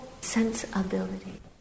sensibility